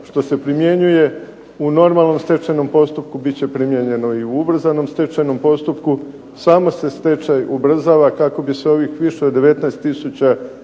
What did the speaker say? što se primjenjuje u normalnom stečajnom postupku bit će primijenjeno i u ubrzanom stečajnom postupku. Samo se stečaj ubrzava kako bi se ovih više od